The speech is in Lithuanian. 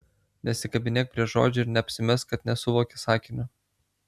nesikabinėk prie žodžių ir neapsimesk kad nesuvoki sakinio